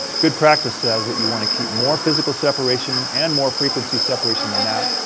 good practice says that you want to keep more physical separation and more frequency separation than that,